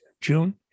June